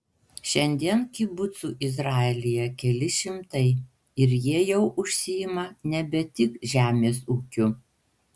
šiandien kibucų izraelyje keli šimtai ir jie jau užsiima nebe tik žemės ūkiu